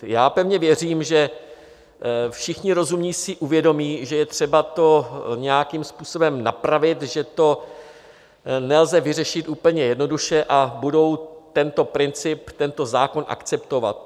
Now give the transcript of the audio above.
Já pevně věřím, že všichni rozumní si uvědomí, že je třeba to nějakým způsobem napravit, že to nelze vyřešit úplně jednoduše, a budou tento princip, tento zákon akceptovat.